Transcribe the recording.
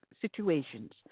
situations